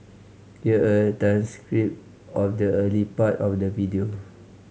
here a transcript of the early part of the video